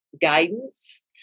guidance